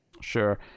Sure